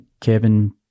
kevin